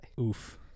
Oof